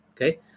Okay